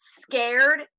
scared